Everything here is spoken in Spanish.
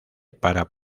para